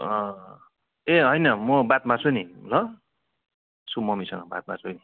ए होइन म बात मार्छु नि ल उसको मम्मीसँग बात मार्छु नि हुन्छ